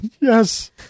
Yes